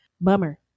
bummer